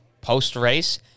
post-race